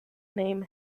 name